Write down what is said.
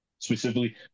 Specifically